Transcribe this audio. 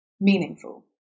Meaningful